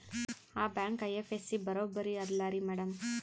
ಆ bank IFSC ಬರೊಬರಿ ಅದಲಾರಿ ಮ್ಯಾಡಂ?